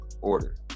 order